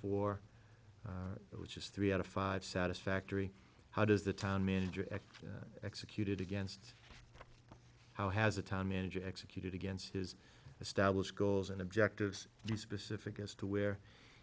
four which is three out of five satisfactory how does the town manager act executed against how has a town manager executed against his established goals and objectives you specific as to where